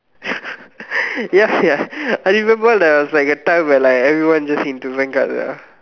ya sia I remember there was a like time where like everyone just into Vanguard sia